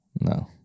no